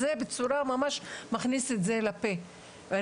(רע"מ, רשימת האיחוד הערבי): עצות וחומרים.